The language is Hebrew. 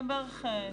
בערך שבועיים.